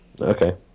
Okay